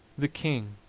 the king,